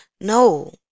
no